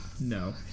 No